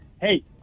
Hey